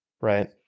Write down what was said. Right